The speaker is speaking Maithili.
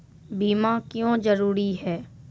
बीमा क्यों जरूरी हैं?